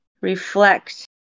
reflect